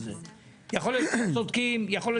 יכול להיות שאתם צודקים ויכול להיות